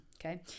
Okay